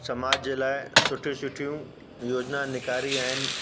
समाज जे लाइ सुठियूं सुठियूं योजना निकारी आहिनि